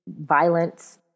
violence